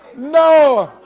know,